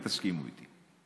ותסכימו איתי.